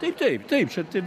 taip taip taip čia taip